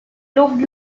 looked